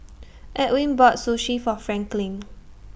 Edwin bought Sushi For Franklin